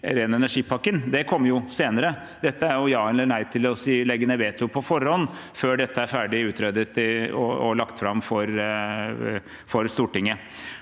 ren energi-pakken. Det kommer jo senere. Dette er ja eller nei til å legge ned veto på forhånd, før dette er ferdig utredet og lagt fram for Stortinget.